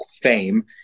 fame